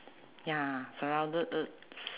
ya surrounded